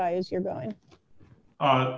high as you're going